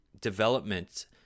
development